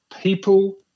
people